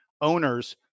owner's